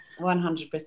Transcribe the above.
100%